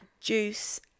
Juice